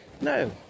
no